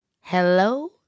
Hello